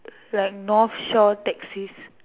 like North shore taxis